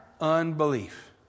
unbelief